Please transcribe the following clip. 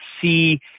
see